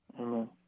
Amen